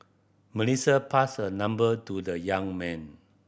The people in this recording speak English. melissa passed her number to the young man